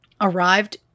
arrived